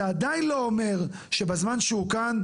זה עדיין לא אומר שבזמן שהוא כאן,